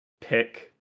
pick